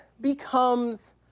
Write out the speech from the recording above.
becomes